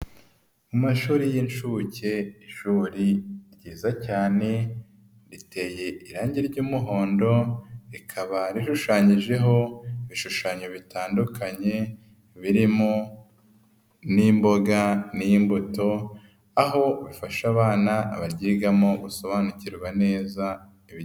Mu mashuri y'inshukejo ryiza cyane riteye irangi ry'umuhondo rikaba ishushanyijeho ibishushanyo bitandukanye, birimo n'imboga n'imbuto, aho bafasha abana baryigamo gusobanukirwa neza.